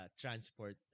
transport